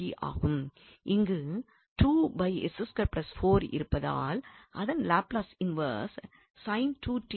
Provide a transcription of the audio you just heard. இங்கு இருப்பதால் அதன் லாப்லஸ் இன்வெர்ஸ் ஆகும்